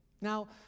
Now